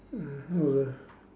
uh and all the